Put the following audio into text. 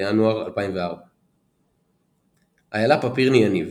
6 בינואר 2004 איילה פפירני יניב,